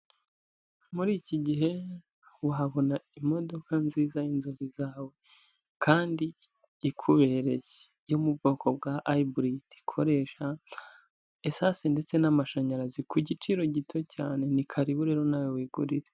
Muri iki gihe uhabona imodoka nziza y'inzozi zawe kandi ikubereye yo mu bwoko bwa ayiburidi, ikoresha esanse ndetse n'amashanyarazi ku giciro gito cyane. Ni karibu rero nawe wigurire.